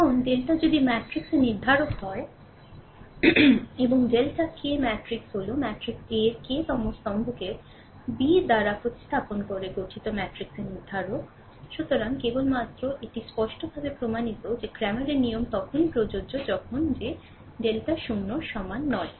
এখন ডেল্টা যদি ম্যাট্রিক্সের নির্ধারক হয় এবং ডেল্টা K ম্যাট্রিক্স হল ম্যাট্রিক্স A এর k তম স্তম্ভকে b দ্বারা প্রতিস্থাপন করে গঠিত ম্যাট্রিক্সের নির্ধারক সুতরাং কেবলমাত্র এটি স্পষ্টভাবে প্রমাণিত যে ক্র্যামারের নিয়ম তখনই প্রযোজ্য যখন যে ডেল্টা 0 এর সমান নয়